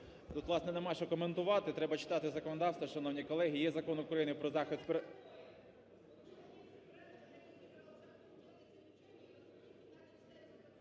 Тут, власне, нема що коментувати. Треба читати законодавство. Шановні колеги, є Закон України про захист...